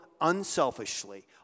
unselfishly